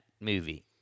movie